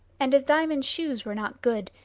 and as diamond's shoes were not good,